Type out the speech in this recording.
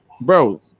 bro